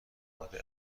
داده